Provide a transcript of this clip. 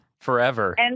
forever